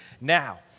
now